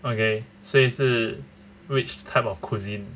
okay 所以是 which type of cuisine